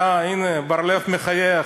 הנה, בר-לב מחייך.